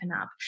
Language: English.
up